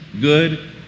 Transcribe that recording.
good